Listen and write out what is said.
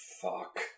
Fuck